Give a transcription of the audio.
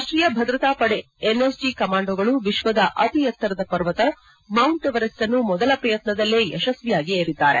ರಾಷ್ಷೀಯ ಭದ್ರತಾ ಪಡೆ ಎನ್ಎಸ್ಸಜಿ ಕಮಾಂಡೋಗಳು ವಿಶ್ವದ ಅತಿ ಎತ್ತರದ ಪರ್ವತ ಮೌಂಟ್ ಎವರೆಸ್ಟ್ ಅನ್ನು ಮೊದಲ ಪ್ರಯತ್ನದಲ್ಲೇ ಯಶಸ್ವಿಯಾಗಿ ಏರಿದ್ದಾರೆ